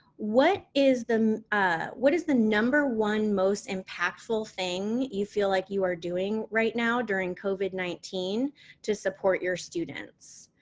what is ah what is the number one, most impactful thing you feel like you are doing right now during covid nineteen to support your students?